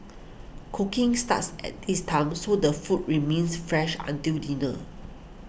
cooking starts at this time so the food remains fresh until dinner